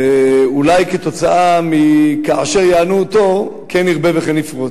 ואולי כתוצאה מכאשר יענו אותו, כן ירבה וכן יפרוץ.